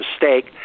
mistake